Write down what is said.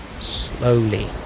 slowly